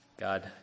God